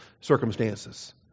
circumstances